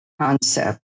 concept